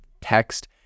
text